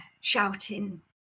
shouting